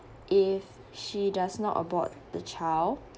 if she does not abort the child